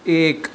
ایک